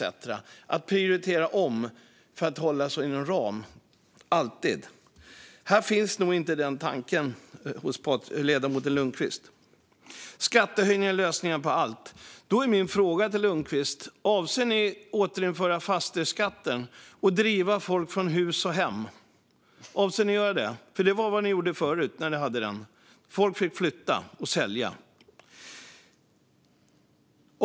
Det handlade alltid om att prioritera för att hålla sig inom ram - alltid. Den tanken finns nog inte hos ledamoten Lundqvist. Skattehöjningar är lösningen på allt. Därför är min fråga till Lundqvist: Avser ni att återinföra fastighetsskatten och driva folk från hus och hem? Det var vad ni gjorde när den fanns. Folk fick sälja och flytta.